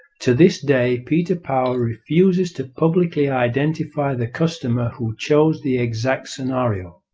to this day peter power refuses to publicly identify the customer who chose the exact scenario.